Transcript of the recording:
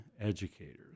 educators